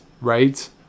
right